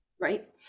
right